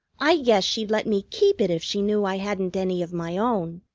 i guess she'd let me keep it if she knew i hadn't any of my own.